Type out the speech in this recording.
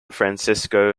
francesco